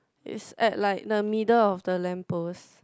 is at like the middle of the lamp post